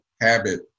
habit